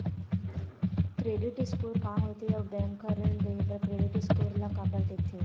Credit score का होथे अउ बैंक हर ऋण देहे बार क्रेडिट स्कोर ला काबर देखते?